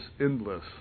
endless